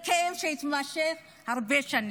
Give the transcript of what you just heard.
נפתחו להם תיקים על לא עוול בכפם.